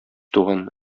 туган